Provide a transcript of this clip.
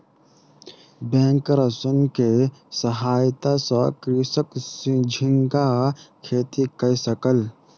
bank ऋण के सहायता सॅ कृषक झींगा खेती कय सकल